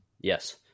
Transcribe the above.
Yes